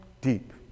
deep